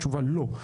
התשובה לא.